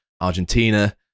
Argentina